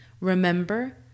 Remember